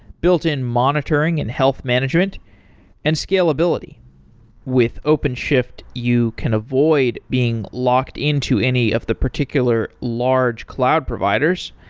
built-in monitoring and health management and scalability with openshift, you can avoid being locked into any of the particular large cloud providers.